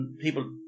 People